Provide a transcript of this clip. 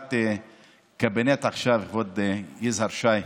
בישיבת קבינט עכשיו, כבוד השר יזהר שי.